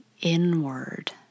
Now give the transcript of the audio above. inward